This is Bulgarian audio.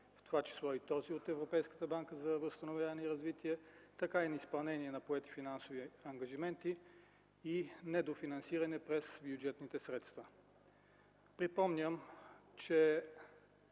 в това число и този от Европейската банка за възстановяване и развитие, така и неизпълнение на поети финансови ангажименти и недофинансиране през бюджетните средства. Припомням, че